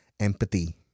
Empathy